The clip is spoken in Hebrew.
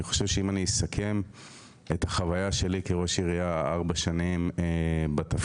אני חושב שאם אני אסכם את החוויה שלי כראש עירייה ארבע שנים בתפקיד,